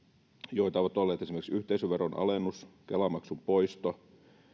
joita ovat olleet esimerkiksi yhteisöveron alennus kela maksun poisto